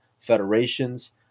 federations